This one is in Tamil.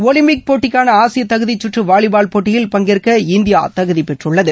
ஒலிப்பிக் போட்டிக்கான ஆசிய தகுதிக் கற்று வாலிபால் போட்டியில் பங்கேற்க இந்தியா தகுதி பெற்றுள்ளது